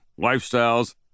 lifestyles